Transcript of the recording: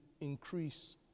increase